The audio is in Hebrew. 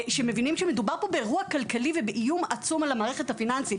שמבינים שמדובר פה באירוע כלכלי ובאיום עצום על המערכת הפיננסית.